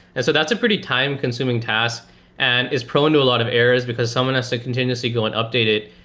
and so that's a pretty time-consuming task and is prone to a lot of errors, because someone as a contingency, go and update it.